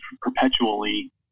perpetually